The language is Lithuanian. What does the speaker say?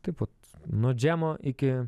taip vat nuo džemo iki